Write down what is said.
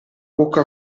bocca